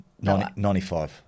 95